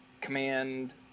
command